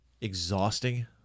exhausting